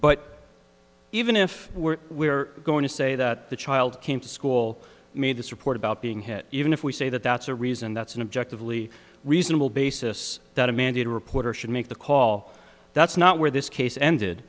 but even if were we are going to say that the child came to school made this report about being hit even if we say that that's a reason that's an objective lee reasonable basis that a mandated reporter should make the call that's not where this case ended